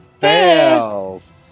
Fails